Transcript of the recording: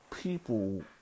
People